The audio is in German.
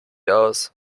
aus